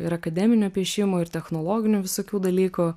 ir akademinio piešimo ir technologinių visokių dalykų